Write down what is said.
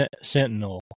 Sentinel